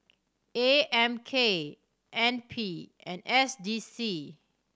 A M K N P and S D C